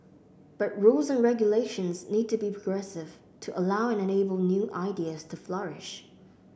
but rules and regulations need to be progressive to allow and enable new ideas to flourish